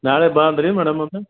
ನಾಳೆ ಬಾ ಅಂದಿರಿ ಮೇಡಮ್ ಅವರೇ